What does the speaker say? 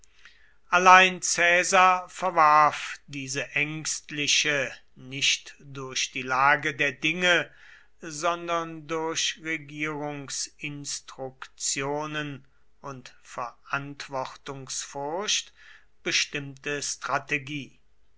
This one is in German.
allein caesar verwarf diese ängstliche nicht durch die lage der dinge sondern durch regierungsinstruktionen und verantwortungsfurcht bestimmte strategie